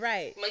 Right